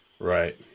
right